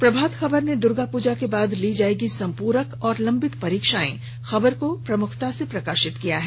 प्रभात खबर ने दुर्गा पूजा के बाद ली जायेंगी संपूरक और लंबित परीक्षाएं खबर को प्रमुखता से प्रकाशित किया है